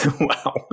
Wow